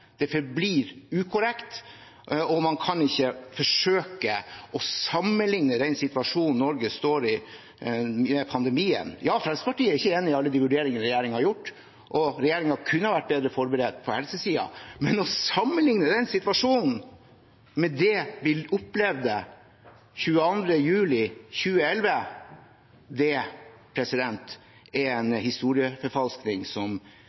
Det forblir ukorrekt, og man kan ikke forsøke å sammenligne med den situasjonen Norge står i, i pandemien. Fremskrittspartiet er ikke enig i alle vurderingene regjeringen har gjort, og regjeringen kunne vært bedre forberedt på helsesiden, men å sammenligne den situasjonen med det vi opplevde 22. juli 2011, er en historieforfalskning ingen er